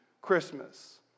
Christmas